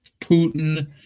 Putin